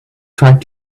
tried